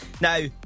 Now